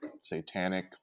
satanic